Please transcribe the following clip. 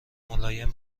ملایم